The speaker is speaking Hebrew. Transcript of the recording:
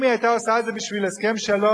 אם היא היתה עושה את זה בשביל הסכם שלום,